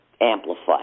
amplified